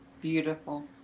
beautiful